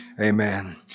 Amen